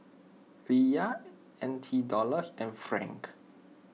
Riyal N T Dollars and Franc